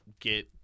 get –